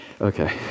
Okay